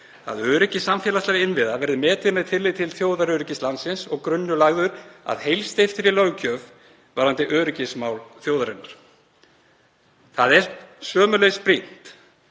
að öryggi samfélagslegra innviða verði metið með tilliti til þjóðaröryggis landsins og grunnur lagður að heilsteyptri löggjöf varðandi öryggismál þjóðarinnar. Sömuleiðis er